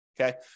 Okay